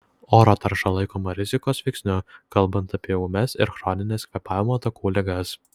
oro tarša laikoma rizikos veiksniu kalbant apie ūmias ir chronines kvėpavimo takų ligas